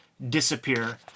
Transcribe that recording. disappear